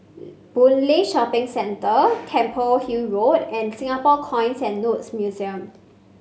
Boon Lay Shopping Centre Temple Hill Road and Singapore Coins and Notes Museum